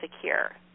secure